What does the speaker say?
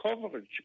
coverage